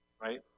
Right